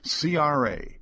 CRA